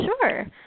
Sure